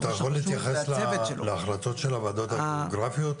אתה יכול להתייחס להחלטות של הוועדות הגיאוגרפיות,